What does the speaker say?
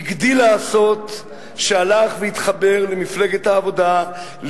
הגדיל לעשות כשהלך והתחבר למפלגת העבודה,